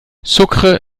sucre